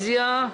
רוויזיה.